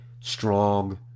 strong